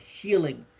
healing